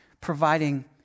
providing